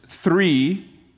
three